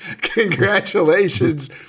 Congratulations